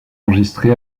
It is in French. enregistré